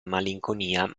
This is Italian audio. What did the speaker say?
malinconia